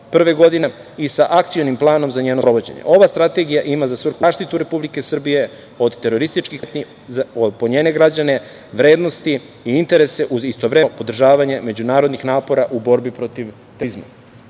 2021. godine i sa akcionim planom za njeno sprovođenje. Ova strategija ima za svrhu zaštitu Republike Srbije od terorističkih pretnji po njene građane, vrednosti i interese uz istovremeno podržavanje međunarodnih napora u borbi protiv terorizma. Važno